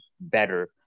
better